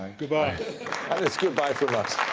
and goodbye! and it's goodbye from us.